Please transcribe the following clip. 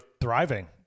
thriving